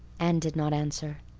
anne did not answer.